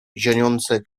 zionące